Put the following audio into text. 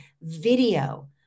Video